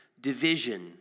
division